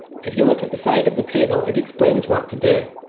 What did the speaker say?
if you look at the side of the table it explains what to do,